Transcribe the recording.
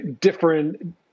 different